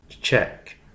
check